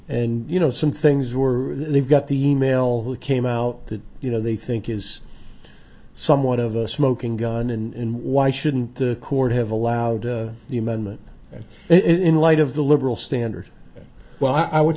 and you know some things were they've got the email who came out that you know they think is somewhat of a smoking gun and why shouldn't the court have allowed the amendment in light of the liberal standard well i would